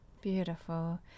Beautiful